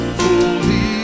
holy